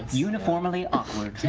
uniformly awkward.